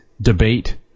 debate